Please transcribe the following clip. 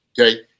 okay